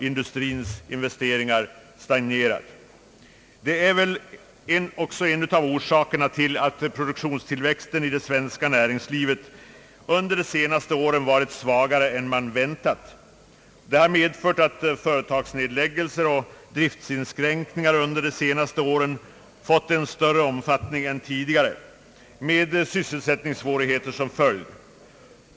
Industrins investeringar har stagnerat. Det är en av orsakerna till att produktionstillväxten i det svenska näringslivet under de senaste åren varit svagare än man väntat. Det har medfört att företagsnedläggelser och driftsinskränkningar har fått en större omfattning än tidigare, med sysselsättningssvårigheter som följd.